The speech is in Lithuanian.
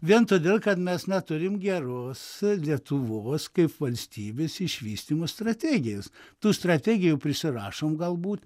vien todėl kad mes neturim geros lietuvos kaip valstybės išvystymo strategijos tų strategijų prisirašom galbūt